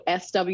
SW